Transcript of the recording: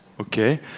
Okay